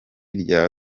rya